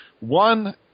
One